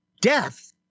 death